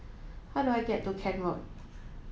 how do I get to Kent Road